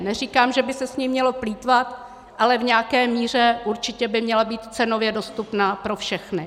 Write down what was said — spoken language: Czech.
Neříkám, že by se jí mělo plýtvat, ale v nějaké míře by určitě měla být cenově dostupná pro všechny.